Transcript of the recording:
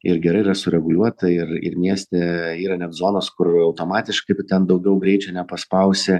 ir gerai yra sureguliuota ir ir mieste yra net zonos kur automatiškai tu ten daugiau greičio nepaspausi